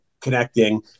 connecting